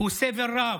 היא סבל רב,